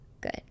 good